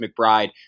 McBride